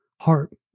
heart